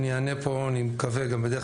אני אענה פה ואני מקווה לענות גם לדברים